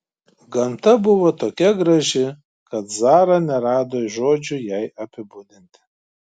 gamta buvo tokia graži kad zara nerado žodžių jai apibūdinti